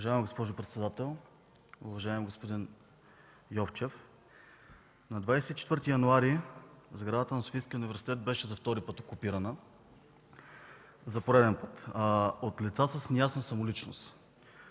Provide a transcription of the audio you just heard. Уважаема госпожо председател! Уважаеми господин Йовчев, на 24 януари, сградата на Софийския университет беше окупирана за пореден път от лица с неясна самоличност.